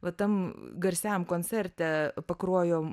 va tam garsiajam koncerte pakruojo